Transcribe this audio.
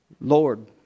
Lord